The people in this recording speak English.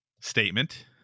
statement